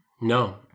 no